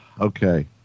Okay